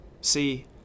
See